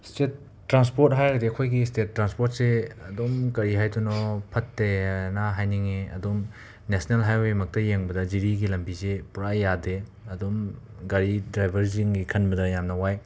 state transport ꯍꯥꯏꯔꯒꯗꯤ ꯑꯩꯈꯣꯏꯒꯤ state ꯇ꯭ꯔꯥꯟꯁꯄꯣꯔꯠꯁꯦ ꯑꯗꯨꯝ ꯀꯔꯤ ꯍꯥꯏꯗꯣꯏꯅꯣ ꯐꯠꯇꯦꯅ ꯍꯥꯏꯅꯤꯡꯉꯤ ꯑꯗꯨꯝ ꯅꯦꯁꯅꯦꯜ ꯍꯥꯏꯋꯦꯃꯛꯇ ꯌꯦꯡꯕꯗ ꯖꯤꯔꯤꯒꯤ ꯂꯝꯕꯤꯁꯦ ꯄꯨꯔꯥ ꯌꯥꯗꯦ ꯑꯗꯨꯝ ꯒꯥꯔꯤ ꯗ꯭ꯔꯥꯏꯕꯔꯁꯤꯡꯒꯤ ꯈꯟꯕꯗ ꯌꯥꯝꯅ ꯋꯥꯏ